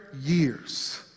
years